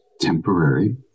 temporary